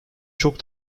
çok